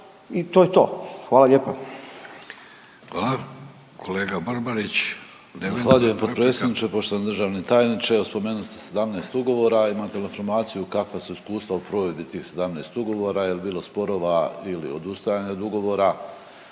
replika. **Barbarić, Nevenko (HDZ)** Zahvaljujem potpredsjedniče. Poštovani državni tajniče, evo spomenuli ste 17 ugovora. Imate li informaciju kakva su iskustva u provedbi tih 17 ugovora, je li bilo sporova ili odustajanja od ugovora?